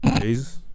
Jesus